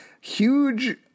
huge